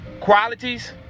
Qualities